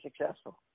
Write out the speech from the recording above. successful